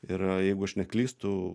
ir jeigu aš neklystu